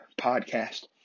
Podcast